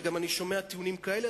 ואני שומע גם טיעונים כאלה,